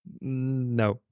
No